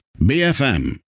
BFM